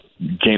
James